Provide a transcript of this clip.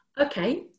Okay